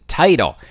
title